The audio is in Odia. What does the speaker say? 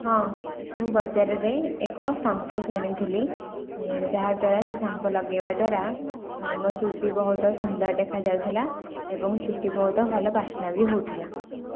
ହଁ ମୁଁ ବଜାରରେ ଏକ ଶାମ୍ପୁ କିଣିଥିଲି ଯାହାଦ୍ୱାରା ସେ ଶାମ୍ପୁ ଲଗାଇବାଦ୍ୱାରା ମୋ' ଚୁଟି ବହୁତ ସୁନ୍ଦର ଦେଖାଯାଉଥିଲା ଏବଂ ଚୁଟି ବହୁତ ଭଲ ବାସ୍ନା ବି ହେଉଥିଲା